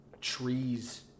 trees